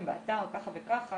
באתר כך וכך,